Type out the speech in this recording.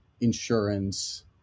insurance